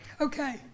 Okay